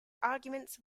arguments